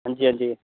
हां जी हां जी